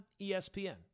ESPN